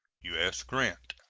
u s. grant.